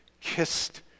kissed